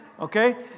Okay